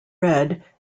read